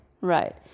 Right